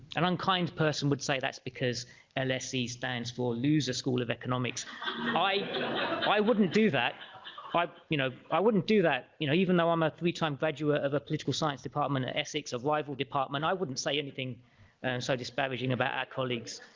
an unkind person would say that's because ls c stands for loozer school of economics i i wouldn't do that y-you know i wouldn't do that you know even though i'm a three-time graduate of a political science department at essex of rival department i wouldn't say anything so disparaging about our colleagues